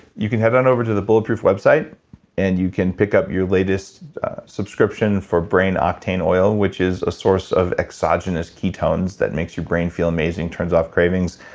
you can head on over to the bulletproof website and you can pick up your latest subscription for brain octane oil which is a source of exogenous ketones that makes your brain feel amazing. turns of cravings.